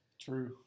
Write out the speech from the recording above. True